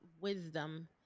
wisdom